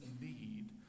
need